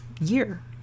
year